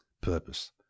purpose